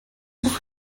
ruf